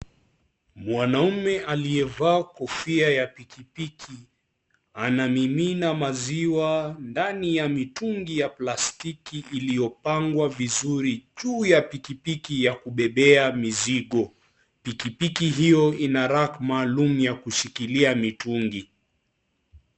Mwanaume aliyevaa kofia ya pikipiki, ana mimina maziwa ndani ya mitungi ya plastiki iliyopangwa vizuri juu ya pikipiki ya kubebea mizigo, pikipiki hiyo ina rag maalum yakubebea mizigo.